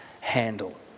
handle